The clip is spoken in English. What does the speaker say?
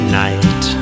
night